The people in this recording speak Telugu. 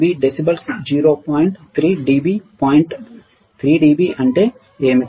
3 dB పాయింట్ 3 dB అంటే ఏమిటి